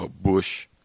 Bush